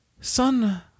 son